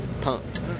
pumped